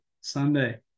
Sunday